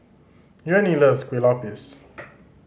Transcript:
Jeannie loves Kueh Lapis